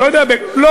אני לא יודע, בכוח.